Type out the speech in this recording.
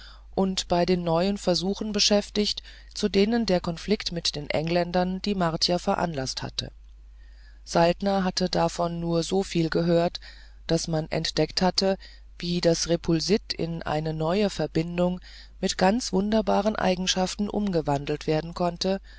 und bei den neuen versuchen beschäftigt zu denen der konflikt mit den engländern die martier veranlaßt hatte saltner hatte davon nur soviel gehört daß man entdeckt hatte wie das repulsit in eine neue verbindung mit ganz wunderbaren eigenschaften umgewandelt werden konnte